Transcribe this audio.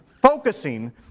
focusing